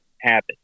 habit